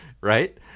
right